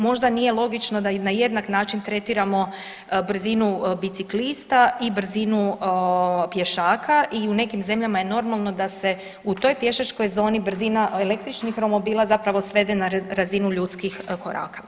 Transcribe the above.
Možda nije logično da i na jednak način tretiramo brzinu biciklista i brzinu pješaka i u nekim zemljama je normalno da se u toj pješačkoj zoni brzina električnih romobila zapravo svede na razinu ljudskih koraka.